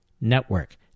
network